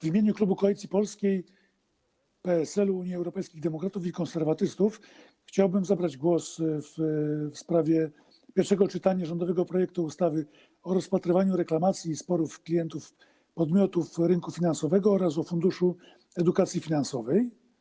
W imieniu klubu Koalicji Polskiej - PSL, Unii Europejskich Demokratów i Konserwatystów chciałabym zabrać głos w sprawie pierwszego czytania rządowego projektu ustawy o rozpatrywaniu reklamacji i sporów klientów podmiotów rynku finansowego oraz o Funduszu Edukacji Finansowej.